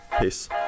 Peace